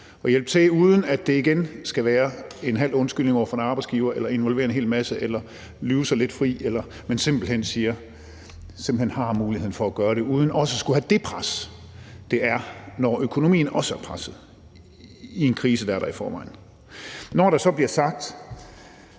og hjælpe til, uden at man igen skal komme med en halv undskyldning over for en arbejdsgiver, involvere en hel masse eller lyve sig lidt fri: at man simpelt hen har muligheden for at gøre det uden også at skulle have det pres, man er under, når økonomien er presset og man i forvejen er i en krise. Så bliver der